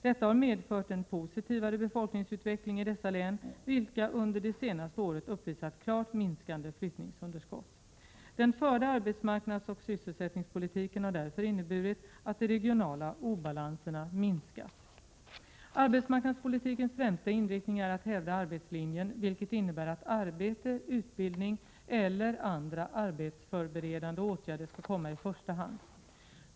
Detta har medfört en positivare befolkningsutveckling i dessa län, vilka under det senaste året uppvisar klart minskade flyttningsunderskott. Den förda arbetsmarknadsoch sysselsättningspolitiken har därför inneburit att de regionala obalanserna minskat. Arbetsmarknadspolitikens främsta inriktning är att hävda arbetslinjen, vilket innebär att arbete, utbildning eller andra arbetsförberedande åtgärder skall komma i första hand.